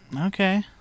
Okay